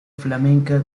flamenca